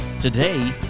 Today